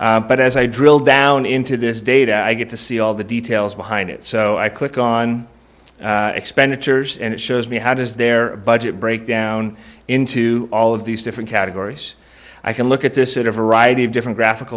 here but as i drill down into this data i get to see all the details behind it so i click on expenditures and it shows me how does their budget breakdown into all of these different categories i can look at this in a variety of different graphic